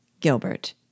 Gilbert